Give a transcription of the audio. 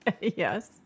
Yes